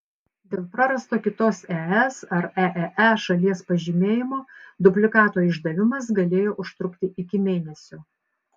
dėl prarasto kitos es ar eee šalies pažymėjimo dublikato išdavimas galėjo užtrukti iki mėnesio